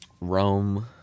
Rome